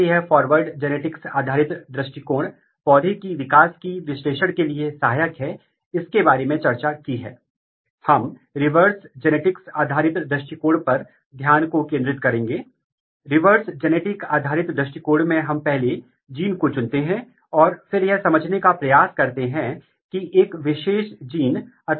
और हमने कवर किया है कि किसी विशेष जीन की पहचान कैसे की जाती है इसके कार्य का अध्ययन करने के लिए किसी विशेष जीन का चयन कैसे किया जाता है फिर विकास के किसी विशेष चरण में या किसी विशेष अंग और ऊतक में इसके अंतर के साथ साथ अस्थायी और स्थानिक अभिव्यक्ति पैटर्न का विश्लेषण कैसे करें